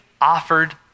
offered